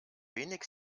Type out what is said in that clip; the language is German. wenig